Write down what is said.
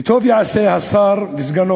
וטוב יעשו השר וסגנו